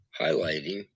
highlighting